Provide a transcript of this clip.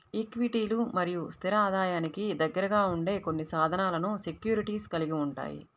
ఈక్విటీలు మరియు స్థిర ఆదాయానికి దగ్గరగా ఉండే కొన్ని సాధనాలను సెక్యూరిటీస్ కలిగి ఉంటాయి